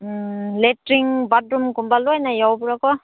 ꯎꯝ latrine ꯕꯥꯗꯔꯨꯝꯒꯨꯝꯕ ꯂꯣꯏꯅ ꯌꯥꯎꯕ꯭ꯔꯣꯀꯣ